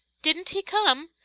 didn't he come?